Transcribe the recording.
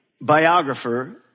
biographer